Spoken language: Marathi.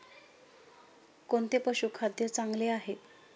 कोणते पशुखाद्य चांगले आहे?